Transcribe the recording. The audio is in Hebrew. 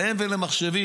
להם ולמחשבים,